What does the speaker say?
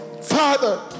Father